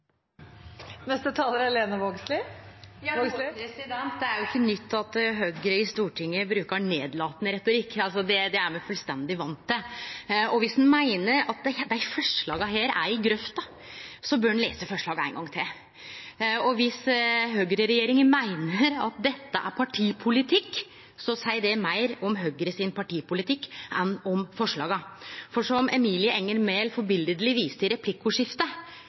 Det er jo ikkje nytt at Høgre i Stortinget brukar nedlatande retorikk, det er me fullstendig vane med. Viss ein meiner at desse forslaga er i grøfta, bør ein lese dei ein gong til. Og viss høgreregjeringa meiner at dette er partipolitikk, seier det meir om Høgre sin partipolitikk enn om forslaga. For som representanten Emilie Enger Mehl på ein føredømeleg måte viste til i